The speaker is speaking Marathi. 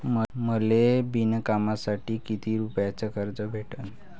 मले विणकामासाठी किती रुपयानं कर्ज भेटन?